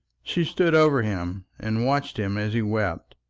she stood over him and watched him as he wept.